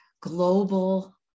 global